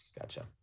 gotcha